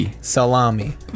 Salami